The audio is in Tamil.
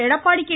எடப்பாடி கே